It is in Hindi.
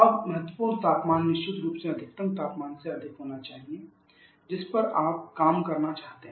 अब महत्वपूर्ण तापमान निश्चित रूप से अधिकतम तापमान से अधिक होना चाहिए जिस पर आप काम करना चाहते हैं